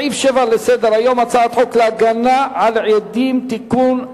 סעיף 7 לסדר-היום: הצעת חוק להגנה על עדים (תיקון),